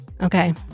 Okay